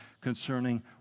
concerning